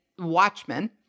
Watchmen